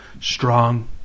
strong